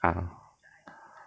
(uh huh)